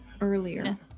earlier